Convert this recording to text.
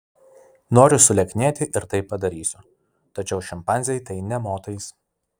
noriu sulieknėti ir tai padarysiu tačiau šimpanzei tai nė motais